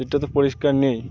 সিটটা তো পরিষ্কার নেই